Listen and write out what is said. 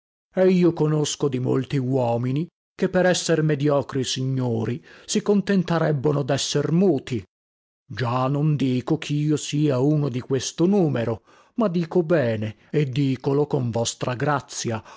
e io conosco di molti uomini che per esser mediocri signori si contentarebbono desser muti già non dico chio sia uno di questo numero ma dico bene e dicolo con vostra grazia